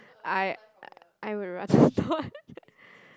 I I would rather not